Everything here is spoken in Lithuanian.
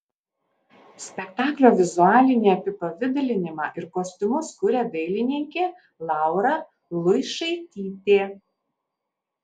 spektaklio vizualinį apipavidalinimą ir kostiumus kuria dailininkė laura luišaitytė